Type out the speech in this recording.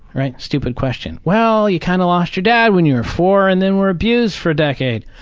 right? stupid question. well, you kind of lost your dad when you were four and then were abused for a decade.